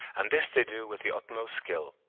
and this they do with the utmost skill.